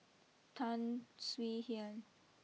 Tan Swie Hian